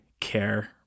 care